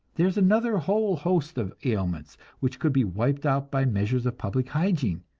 there is another whole host of ailments which could be wiped out by measures of public hygiene,